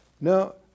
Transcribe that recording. Now